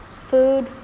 food